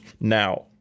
now